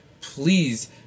please